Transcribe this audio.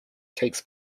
takes